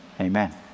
amen